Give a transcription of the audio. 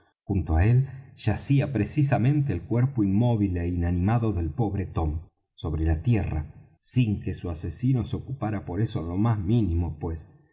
junto á él yacía precisamente el cuerpo inmóvil é inanimado del pobre tom sobre la tierra sin que su asesino se ocupara por eso en lo más mínimo pues